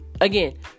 Again